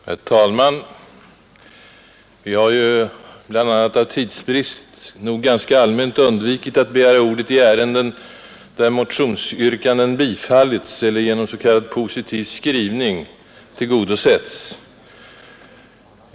Herr talman! Vi har ju bl.a. av tidsbrist nog ganska allmänt undvikit att begära ordet i ärenden där motionsyrkanden tillstyrkts eller genom s.k. positiv skrivning tillgodosetts.